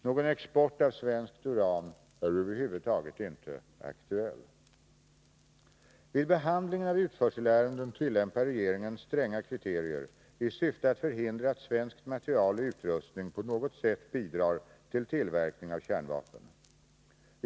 Någon export av svenskt uran är över huvud taget inte aktuell. Vid behandlingen av utförselärenden tillämpar regeringen stränga kriterier i syfte att förhindra att svenskt material och svensk utrustning på något sätt bidrar till tillverkning av kärnvapen.